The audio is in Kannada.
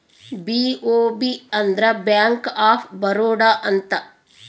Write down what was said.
ಬಿ.ಒ.ಬಿ ಅಂದ್ರ ಬ್ಯಾಂಕ್ ಆಫ್ ಬರೋಡ ಅಂತ